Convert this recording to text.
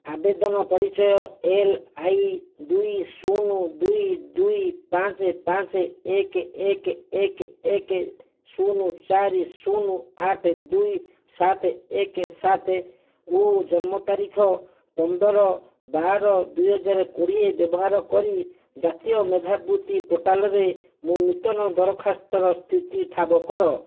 ଆବେଦନ ପରିଚୟ L I ଦୁଇ ଶୂନ ଦୁଇ ଦୁଇ ପାଞ୍ଚେ ପାଞ୍ଚେ ଏକେ ଏକେ ଏକେ ଏକେ ଶୂନ ଚାରି ଶୂନ ଆଠେ ଦୁଇ ସାତେ ଏକେ ସାତେ ଓ ଜନ୍ମ ତାରିଖ ପନ୍ଦର ବାର ଦୁଇ ହଜାର କୋଡ଼ିଏ ବ୍ୟବହାର କରି ଜାତୀୟ ମେଧାବୃତ୍ତି ପୋର୍ଟାଲ୍ରେ ମୋ ନୂତନ ଦରଖାସ୍ତର ସ୍ଥିତି ଠାବ କର